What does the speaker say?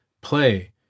play